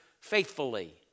faithfully